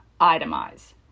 itemize